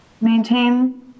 Maintain